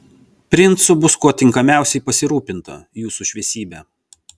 princu bus kuo tinkamiausiai pasirūpinta jūsų šviesybe